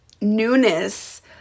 newness